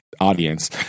audience